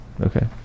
Okay